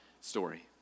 story